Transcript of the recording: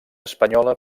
espanyola